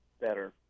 better